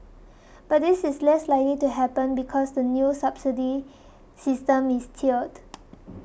but this is less likely to happen because the new subsidy system is tiered